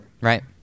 Right